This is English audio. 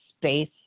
space